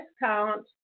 discount